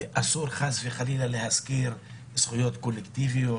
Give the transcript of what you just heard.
אבל אסור להזכיר חס-וחלילה זכויות קולקטיביות